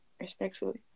respectfully